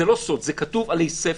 זה לא סוד, זה כתוב עלי ספר,